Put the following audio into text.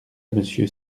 monsieur